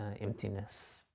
emptiness